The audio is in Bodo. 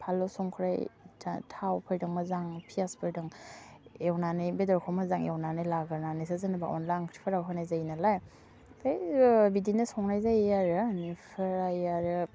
फानलु संख्रै थाव फैदों मोजां पियासफोरदों एवनानै बेदरखौ मोजाङै एवनानै लाग्रोनानैसो जेनेबा अनला ओंख्रिफोराव होनाय जायो नालाय होइ बिदिनो संनाय जायो आरो बेनिफ्राय आरो